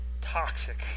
toxic